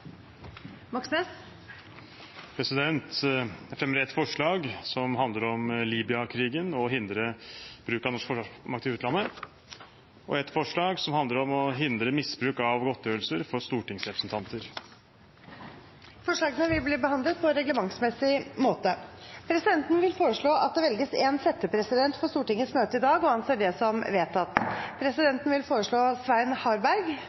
Moxnes vil fremsette to representantforslag. På vegne av meg selv vil jeg framsette et forslag som handler om Libya-krigen og bruk av norsk forsvarsmakt i utlandet, og et forslag som handler om å hindre misbruk av godtgjørelser for stortingsrepresentanter. Forslagene vil bli behandlet på reglementsmessig måte. Presidenten vil foreslå at det velges en settepresident for Stortingets møte i dag – og anser det som vedtatt. Presidenten vil foreslå Svein Harberg.